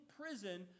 prison